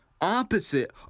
opposite